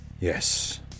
Yes